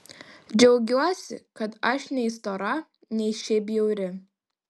džiaugiuosi kad aš nei stora nei šiaip bjauri